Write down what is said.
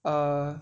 err